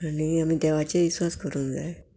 आनी आमी देवाचे इस्वास करूंक जाय